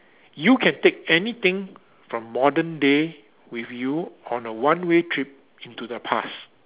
you can take anything from modern day with you on a one way trip into the past